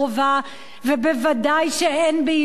וודאי שאין בהילות עכשיו,